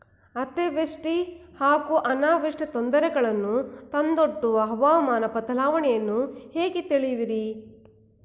ಅತಿವೃಷ್ಟಿ ಹಾಗೂ ಅನಾವೃಷ್ಟಿ ತೊಂದರೆಗಳನ್ನು ತಂದೊಡ್ಡುವ ಹವಾಮಾನ ಬದಲಾವಣೆಯನ್ನು ಹೇಗೆ ತಿಳಿಯುವಿರಿ?